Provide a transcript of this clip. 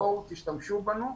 בואו תשתמשו בנו,